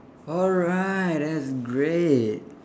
alright that's great